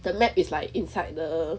the map is like inside the